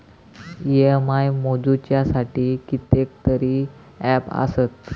EMI मोजुच्यासाठी कितकेतरी app आसत